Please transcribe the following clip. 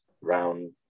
round